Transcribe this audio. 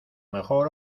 mejor